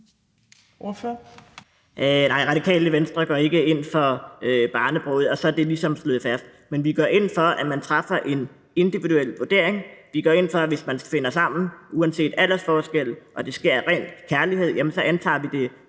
Radikale Venstre går ikke ind for barnebrude, og så er det ligesom slået fast. Men vi går ind for, at man træffer en individuel vurdering. Hvis man finder sammen, uanset aldersforskel, og det sker af ren kærlighed, jamen så antager vi, at